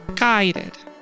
guided